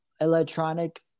electronic